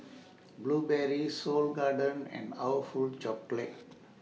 Burberry Seoul Garden and awful Chocolate